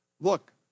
Look